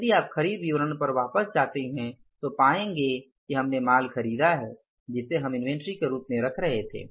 यदि आप खरीद विवरण पर वापस जाते हैं तो पाएंगे कि हमने माल खरीदी है जिसे हम इन्वेंट्री के रूप में रख रहे थे